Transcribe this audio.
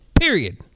period